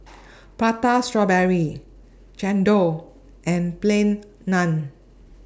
Prata Strawberry Chendol and Plain Naan